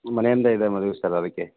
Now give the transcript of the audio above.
ಮನೆಯಿಂದ ಇದೆ ಮದುವೆ ಸರ್ ಅದಕ್ಕೆ